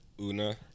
Una